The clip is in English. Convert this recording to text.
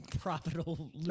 profitable